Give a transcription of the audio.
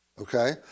okay